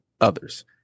others